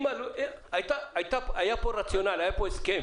היה פה הסכם